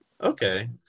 Okay